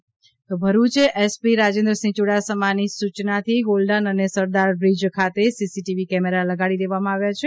Bharuch SP Bharuch SP Rajendrasinh યુડાસમાની સુચનાથી golden અને સરદારબ્રિજ ખાતે સીસીટીવી કેમેરા લગાડી દેવામાં આવ્યાં છે